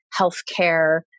healthcare